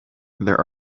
there